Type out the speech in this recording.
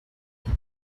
vous